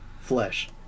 flesh